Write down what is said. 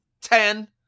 ten